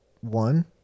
one